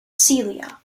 celia